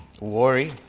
worry